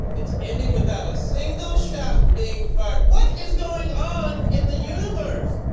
it's ending without a single shot being fired. what is going on in the universe?